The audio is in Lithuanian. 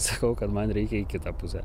sakau kad man reikia į kitą pusę